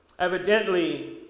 Evidently